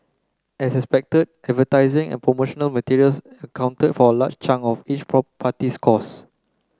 as expected advertising and promotional materials accounted for a large chunk of each party's costs